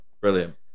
brilliant